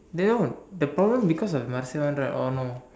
they don't the problem because of Marsia one right oh no